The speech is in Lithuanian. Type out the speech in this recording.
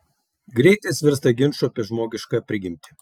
greitai jis virsta ginču apie žmogišką prigimtį